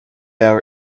our